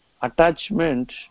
attachment